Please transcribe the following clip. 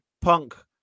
Punk